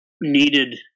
needed